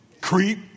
Creep